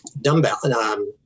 dumbbell